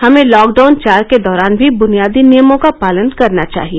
हमें लॉकडाउन चार के दौरान भी बुनियादी नियमों का पालन करना चाहिए